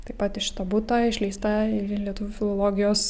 taip pat iš šito buto išleista ir į lietuvių filologijos